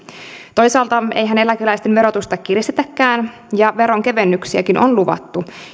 toisaalta eihän eläkeläisten verotusta kiristetäkään ja veronkevennyksiäkin on luvattu